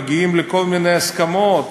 מגיעים לכל מיני הסכמות,